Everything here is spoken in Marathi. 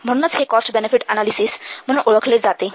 म्हणूनच हे कॉस्ट बेनिफिट अनालिसिस म्हणून ओळखले जाते